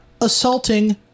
assaulting